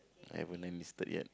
haven't enlisted yet